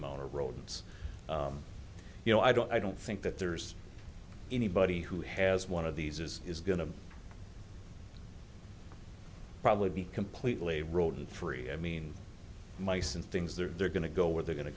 amount of rodents you know i don't i don't think that there's anybody who has one of these is is going to probably be completely rodent three i mean mice and things they're going to go where they're going to